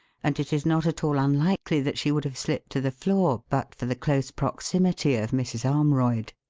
and it is not at all unlikely that she would have slipped to the floor but for the close proximity of mrs. armroyd.